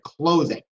clothing